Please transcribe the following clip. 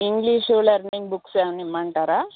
English learning books ఏవైనా ఇమ్మంటారా